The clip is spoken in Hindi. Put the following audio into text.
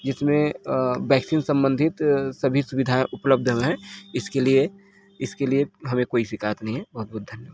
जिसमें वैक्सीन संबंधित सभी सुविधाएँ उपलब्ध है इसके लिए इसके लिए हमें कोई शिकायत नहीं है बहुत बहुत धन्यवाद